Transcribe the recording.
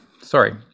sorry